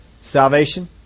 Salvation